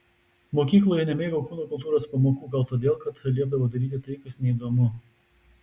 mokykloje nemėgau kūno kultūros pamokų gal todėl kad liepdavo daryti tai kas neįdomu